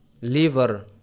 liver